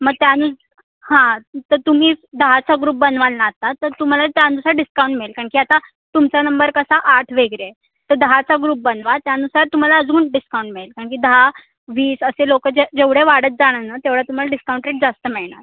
मग त्यानं हां तर तुम्ही दहाचा ग्रुप बनवाल ना आता तर तुम्हाला त्यानुसार डिस्काऊंट मिळेल कारण की आता तुमचा नंबर कसा आठ वगैरे आहे तर दहाचा ग्रुप बनवा त्यानुसार तुम्हाला अजून डिस्काऊंट मिळेल कारण की दहा वीस असे लोक जे जेवढे वाढत जाणार ना तेवढा तुम्हाला डिस्काऊंट रेट जास्त मिळणार